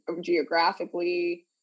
geographically